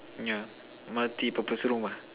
yeah multi purpose room ah